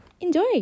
Enjoy